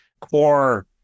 core